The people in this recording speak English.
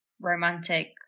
romantic